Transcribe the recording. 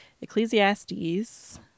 Ecclesiastes